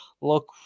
look